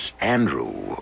Andrew